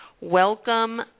Welcome